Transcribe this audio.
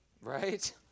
Right